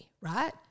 right